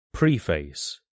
Preface